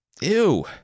Ew